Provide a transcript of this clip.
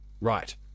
right